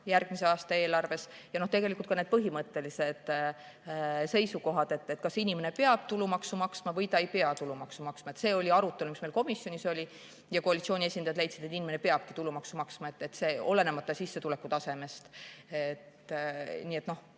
järgmise aasta eelarves ei ole ja tegelikult on siin ka need põhimõttelised seisukohad, kas inimene peab tulumaksu maksma või ta ei pea tulumaksu maksma. See oli see arutelu, mis meil komisjonis oli. Koalitsiooni esindajad leidsid, et inimene peab tulumaksu maksma, olenemata sissetulekutasemest. Nii et ongi